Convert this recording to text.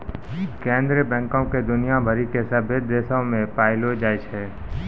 केन्द्रीय बैंको के दुनिया भरि के सभ्भे देशो मे पायलो जाय छै